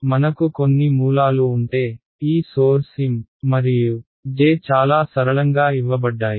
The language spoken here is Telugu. కాబట్టి మనకు కొన్ని మూలాలు ఉంటే ఈ సోర్స్ M మరియు J చాలా సరళంగా ఇవ్వబడ్డాయి